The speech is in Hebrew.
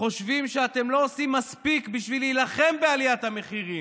חושבים שאתם לא עושים מספיק בשביל להילחם בעליית המחירים,